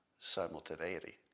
simultaneity